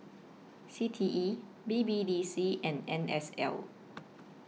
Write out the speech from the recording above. C T E B B D C and N S L